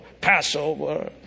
passover